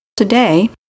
Today